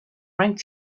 rank